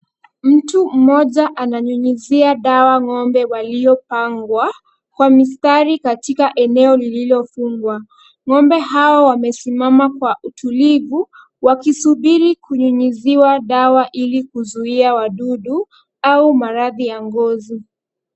Mtu mmoja ananyunyizia dawa ng'ombe waliopangwa kwa mistari katika eneo lililofungwa. Ng'ombe hawa wamesimama kwa utulivu wakisubiri kunyunyiziwa dawa ili kuzuia wadudu au maradhi ya ngozi.